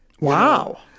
Wow